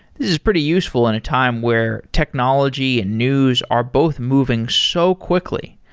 this is pretty useful in a time where technology and news are both moving so quickly,